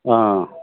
ஆ